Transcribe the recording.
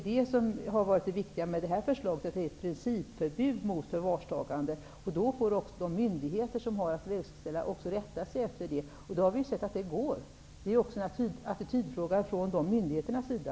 Det är det viktiga med förslaget, att det innebär ett principförbud mot förvarstagande. De myndigheter som har att verkställa får rätta sig efter det. Vi har sett att det går. Det är en fråga om attityd från dessa myndigheters sida.